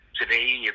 Today